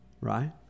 right